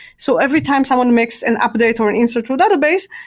so every time someone makes an update or an insert to a database,